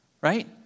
Right